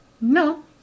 No